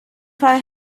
fall